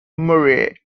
murray